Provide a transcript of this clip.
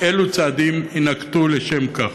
ואילו צעדים יינקטו לשם כך?